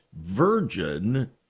virgin